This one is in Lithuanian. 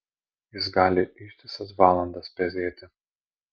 jis gali ištisas valandas pezėti